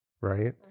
right